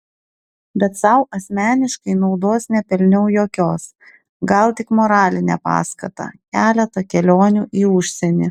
bet sau asmeniškai naudos nepelniau jokios gal tik moralinę paskatą keletą kelionių į užsienį